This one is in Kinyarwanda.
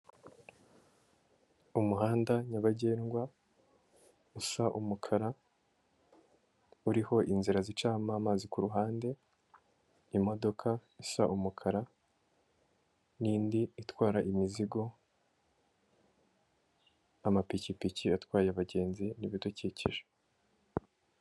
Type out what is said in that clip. Umuhanda nyabagendwa usa umukara, uriho inzira zicamo amazi ku ruhande, imodoka isa umukara n'indi itwara imizigo, amapikipiki atwaye abagenzi n'ibidukikije.